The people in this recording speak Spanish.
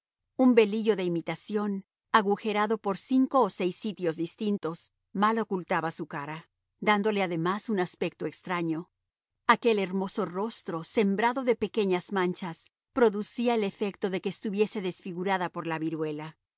un velillo de imitación agujereado por cinco o seis sitios distintos mal ocultaba su cara dándole además un aspecto extraño aquel hermoso rostro sembrado de pequeñas manchas producía el efecto de que estuviese desfigurada por la viruela